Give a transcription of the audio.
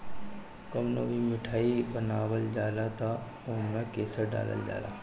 कवनो भी मिठाई बनावल जाला तअ ओमे केसर डालल जाला